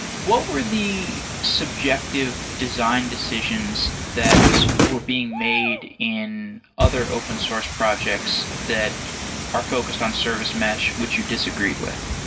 what were the subjective design decisions that were being made in other open source projects that are focused on service mesh which you disagreed with?